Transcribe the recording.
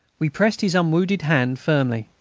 we pressed his unwounded hand warmly.